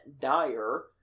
dyer